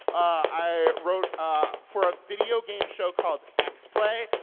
i wrote ah for a video game show called x-play,